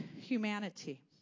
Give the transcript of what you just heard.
humanity